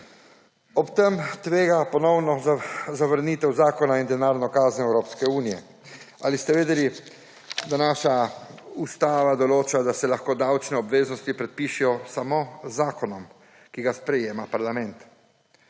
Ob tem tvega ponovno zavrnitev zakona in denarno kazen Evropske unije. Ali ste vedeli, da naša ustava določa, da se lahko davčne obveznosti predpišejo samo z zakonom, ki ga sprejema parlament?